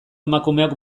emakumeok